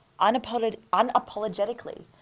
unapologetically